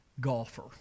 golfer